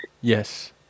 Yes